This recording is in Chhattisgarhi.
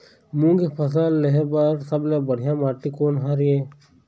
मूंग के फसल लेहे बर सबले बढ़िया माटी कोन हर ये?